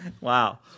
Wow